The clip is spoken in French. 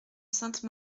sainte